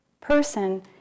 person